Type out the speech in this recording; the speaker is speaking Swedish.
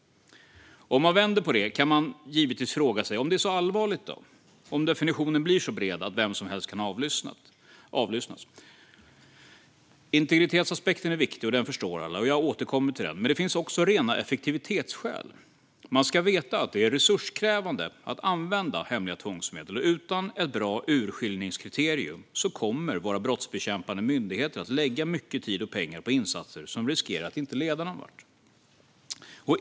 Om man vänder på detta kan man givetvis fråga sig om det är så allvarligt om definitionen blir så bred att vem som helst kan avlyssnas. Integritetsaspekten är viktig, och den förstår alla. Jag återkommer till den. Men det finns också rena effektivitetsskäl. Man ska veta att det är resurskrävande att använda hemliga tvångsmedel, och utan ett bra urskiljningskriterium kommer våra brottsbekämpande myndigheter att lägga mycket tid och pengar på insatser som riskerar att inte leda någonvart.